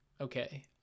okay